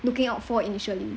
looking out for initially